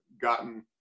gotten